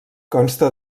consta